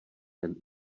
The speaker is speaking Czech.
ten